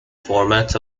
formats